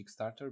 Kickstarter